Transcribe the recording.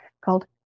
called